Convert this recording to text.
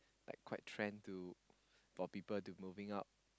like quite trend for people to moving out